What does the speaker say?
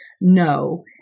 no